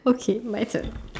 okay my turn